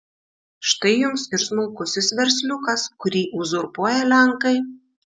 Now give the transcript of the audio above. štai jums ir smulkusis versliukas kurį uzurpuoja lenkai